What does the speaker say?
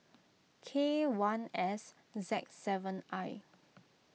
K one S Z seven I